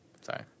Sorry